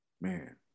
man